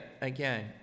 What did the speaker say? again